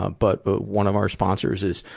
ah but but one of our sponsors is,